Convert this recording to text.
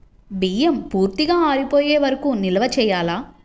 బియ్యం పూర్తిగా ఆరిపోయే వరకు నిల్వ చేయాలా?